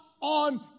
on